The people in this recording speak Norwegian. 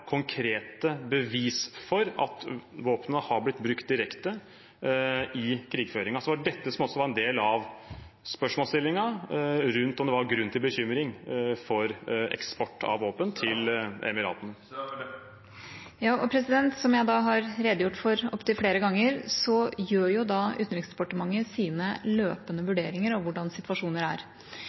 konkrete bevis for at våpenet har blitt brukt direkte i krigføring. Dette var også en del av spørsmålsstillingen knyttet til om det var grunn til bekymring for eksport av våpen til Emiratene. Som jeg har redegjort for opptil flere ganger, gjør Utenriksdepartementet sine løpende vurderinger av hvordan situasjoner er.